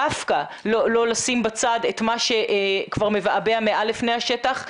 דווקא לא לשים בצד את מה שכבר מבעבע מעל לפני השטח.